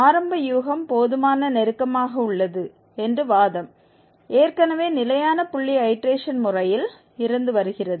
ஆரம்ப யூகம் போதுமான நெருக்கமாக உள்ளது என்று வாதம் ஏற்கனவே நிலையான புள்ளி ஐடேரேஷன் முறையில் இருந்து வருகிறது